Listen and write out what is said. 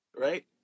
right